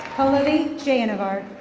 haluni jayinavar.